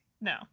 No